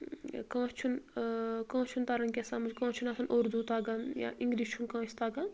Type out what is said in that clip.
یا کانٛہہ چھُنہٕ کٲنٛسہِ چھُنہٕ تران کینٛہہ سمٕجھ کٲنٛسہِ چھُنہٕ آسان اردوٗ تگان یا انگلش چھُنہٕ کٲنٛسہِ تگان